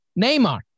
Neymar